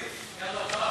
זה נכון.